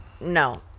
no